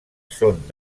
són